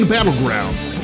Battlegrounds